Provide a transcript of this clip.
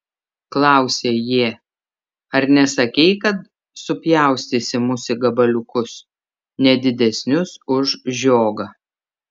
klausė jie ar nesakei kad supjaustysi mus į gabaliukus ne didesnius už žiogą